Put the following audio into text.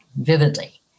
vividly